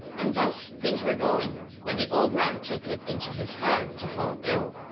and thus things were going when the old man took it into his head to fall ill.